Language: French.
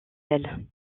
elle